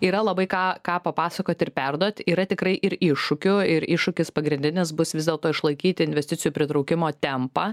yra labai ką ką papasakot ir perduot yra tikrai ir iššūkių ir iššūkis pagrindinis bus vis dėlto išlaikyti investicijų pritraukimo tempą